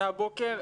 מהבוקר,